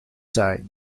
side